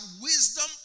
wisdom